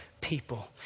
people